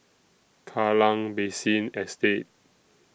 Kallang Basin Estate